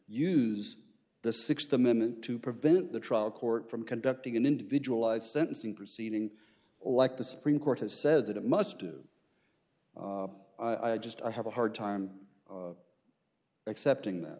use the sixth amendment to prevent the trial court from conducting an individualized sentencing proceeding or like the supreme court has said that it must do i just i have a hard time accepting that